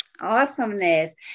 Awesomeness